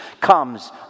comes